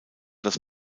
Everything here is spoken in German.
das